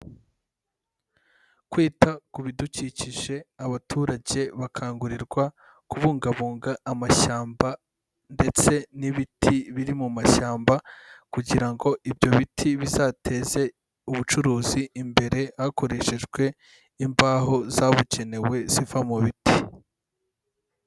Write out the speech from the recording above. Kwita ku bidukikije, abaturage bakangurirwa kubungabunga amashyamba ndetse n'ibiti biri mu mashyamba kugira ngo ibyo biti bizateze ubucuruzi imbere, hakoreshejwe imbaho zabugenewe ziva mu biti.